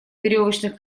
веревочных